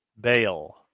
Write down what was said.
Bail